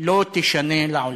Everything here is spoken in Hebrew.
לא תישנה לעולם.